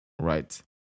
right